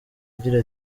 agira